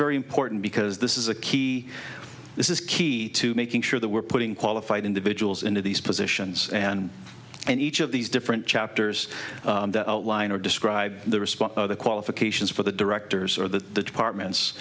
very important because this is a key this is key to making sure that we're putting qualified individuals into these positions and and each of these different chapters that outline or describe the response the qualifications for the directors or the departments